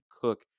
Cook